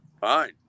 Fine